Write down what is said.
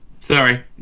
sorry